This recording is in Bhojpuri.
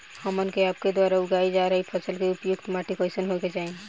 हमन के आपके द्वारा उगाई जा रही फसल के लिए उपयुक्त माटी कईसन होय के चाहीं?